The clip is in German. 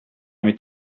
mit